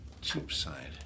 Cheapside